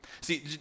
See